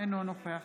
אינו נוכח